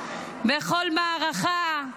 בכל מערכה,